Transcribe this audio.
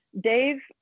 Dave